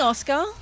Oscar